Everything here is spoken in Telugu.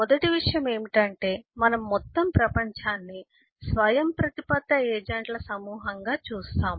మొదటి విషయం ఏమిటంటే మనము మొత్తం ప్రపంచాన్ని స్వయంప్రతిపత్త ఏజెంట్ల సమూహంగా చూస్తాము